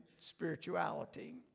spirituality